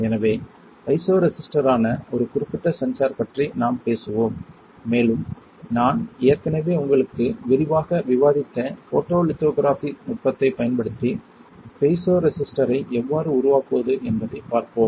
எனவே பைசோரேசிஸ்டரான ஒரு குறிப்பிட்ட சென்சார் பற்றி நாம் பேசுவோம் மேலும் நான் ஏற்கனவே உங்களுடன் விரிவாக விவாதித்த ஃபோட்டோலித்தோகிராஃபி நுட்பத்தைப் பயன்படுத்தி பைசோ ரெசிஸ்டரை எவ்வாறு உருவாக்குவது என்பதைப் பார்ப்போம்